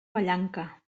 vallanca